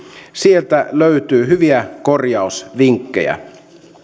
sieltä löytyy hyviä korjausvinkkejä